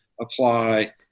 apply